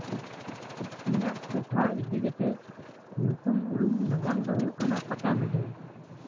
ᱤᱧᱟ ᱜ ᱴᱚᱴᱷᱟ ᱤᱫᱤ ᱠᱟᱛᱮᱜ ᱧᱩᱛᱩᱢ ᱩᱨᱩᱢ ᱱᱟᱜᱟᱢ ᱫᱚ ᱦᱩᱭᱩᱜ ᱠᱟᱱᱟ ᱯᱟᱴᱟᱵᱤᱱᱰᱟᱹ